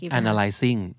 analyzing